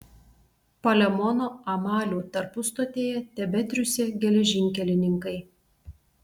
palemono amalių tarpustotėje tebetriūsė geležinkelininkai